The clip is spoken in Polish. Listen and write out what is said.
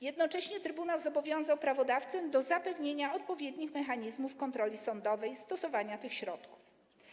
Jednocześnie trybunał zobowiązał prawodawcę do zapewnienia odpowiednich mechanizmów kontroli sądowej stosowania tych środków.